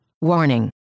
Warning